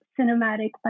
cinematic